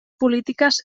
polítiques